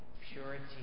purity